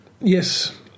Yes